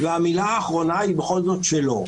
והמילה האחרונה היא בכל זאת שלו.